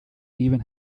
even